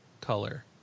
color